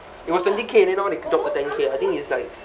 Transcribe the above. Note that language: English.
it was twenty K then now they drop to ten K I think is like